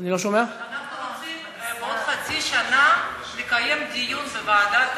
אנחנו רוצים בעוד חצי שנה לקיים דיון בוועדת